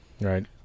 Right